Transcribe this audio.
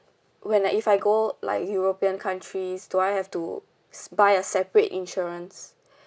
when like if I go like european countries do I have to s~ buy a separate insurance